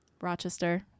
Rochester